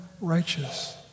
righteous